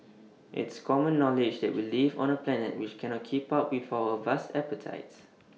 it's common knowledge that we live on A planet which cannot keep up with our vast appetites